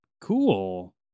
cool